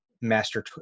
Master